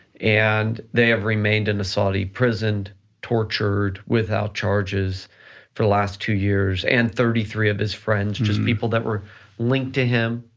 and they have remained in the saudi prison and tortured without charges for the last two years and thirty three of his friends, just people that were linked to him,